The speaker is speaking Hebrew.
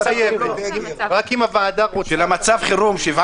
מצב חירום של 7 ימים,